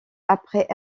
après